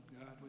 God